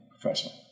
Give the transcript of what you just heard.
professional